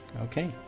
Okay